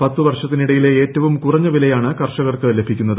പത്തുവർഷത്തിനിടയിലെ ഏറ്റവും കുറഞ്ഞ വിലയാണ് കർഷകർക്ക് ലഭിക്കുന്നത്